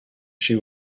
she